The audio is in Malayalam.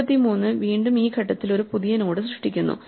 33 വീണ്ടും ഈ ഘട്ടത്തിൽ ഒരു പുതിയ നോഡ് സൃഷ്ടിക്കുന്നു